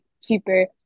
cheaper